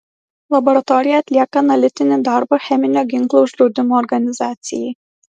laboratorija atlieka analitinį darbą cheminio ginklo uždraudimo organizacijai